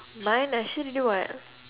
mine I say already [what]